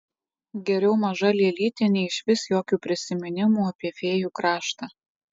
geriau maža lėlytė nei išvis jokių prisiminimų apie fėjų kraštą